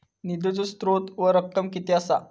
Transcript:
निधीचो स्त्रोत व रक्कम कीती असा?